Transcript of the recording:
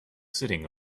sitting